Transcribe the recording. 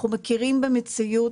אנחנו מכירים במציאות.